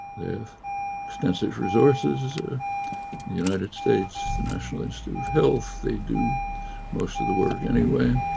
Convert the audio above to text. if extensive resources ah united states the national institute of health, they do most of the work anyway,